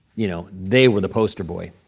you know they were the poster boy.